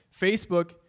Facebook